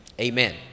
Amen